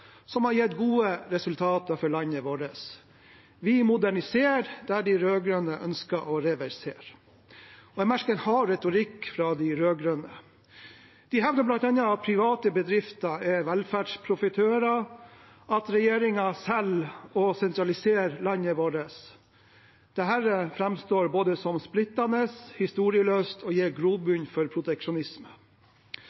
som har gitt gode resultater for landet vårt. Vi moderniserer der de rød-grønne ønsker å reversere. Jeg merker en hard retorikk fra de rød-grønne. De hevder bl.a. at private bedrifter er velferdsprofitører, og at regjeringen selger og sentraliserer landet vårt. Dette framstår som både splittende og historieløst og gir